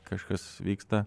kažkas vyksta